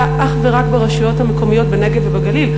אך ורק ברשויות המקומיות בנגב ובגליל.